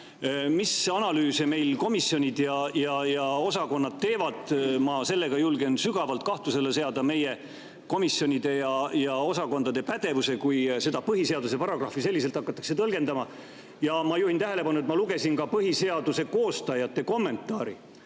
mis analüüse meil komisjonid ja osakonnad teevad. Ma julgen sügavalt kahtluse alla seada meie komisjonide ja osakondade pädevuse, kui seda põhiseaduse paragrahvi hakatakse selliselt tõlgendama. Ma juhin tähelepanu, et ma lugesin ka põhiseaduse koostajate kommentaari,